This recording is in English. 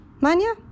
Manya